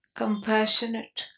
compassionate